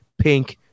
pink